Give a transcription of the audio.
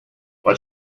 what